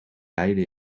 beide